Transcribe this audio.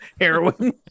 heroin